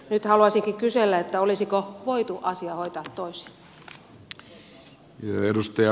nyt haluaisinkin kysellä olisiko voitu asia hoitaa tosin